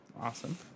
awesome